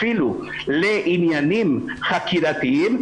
אפילו לעניינים חקירתיים,